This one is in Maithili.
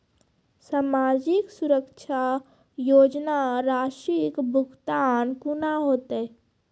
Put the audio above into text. समाजिक सुरक्षा योजना राशिक भुगतान कूना हेतै?